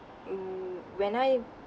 mm when I